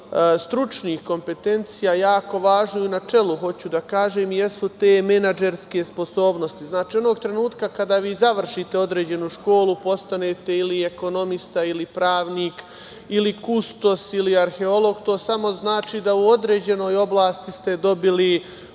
stručnih kompetencija jako važno i u načelu hoću da kažem jesu te menadžerske sposobnosti. Znači, onog trenutka kada vi završite određenu školu, postanete ili ekonomista ili pravnik ili kustos ili arheolog, to samo znači da u određenoj oblasti ste dobili